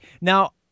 Now